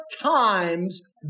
Times